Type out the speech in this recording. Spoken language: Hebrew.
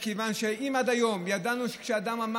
מכיוון שאם עד היום ידענו שאדם,